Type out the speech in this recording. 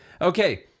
okay